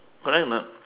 correct or not